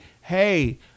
hey